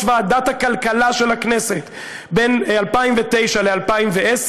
ועדת הכלכלה של הכנסת בין 2009 ל-2010: